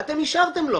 ואתם אישרתם לו.